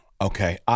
Okay